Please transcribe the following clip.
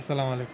اَسَلامُ علیکُم